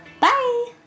Bye